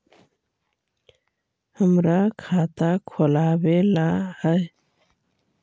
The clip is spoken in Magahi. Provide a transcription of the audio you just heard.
हमरा खाता खोलाबे ला है?